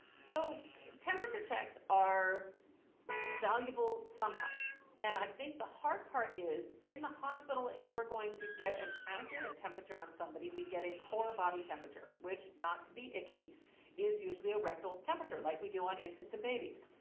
so temperature checks are valuable sometimes and i think the hard part is in the hospital if we're going to get an accurate temperature on somebody, we get a core body temperature, which not to be icky is usually a rectal temperature, like we do on infants and babies.